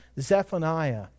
Zephaniah